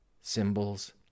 symbols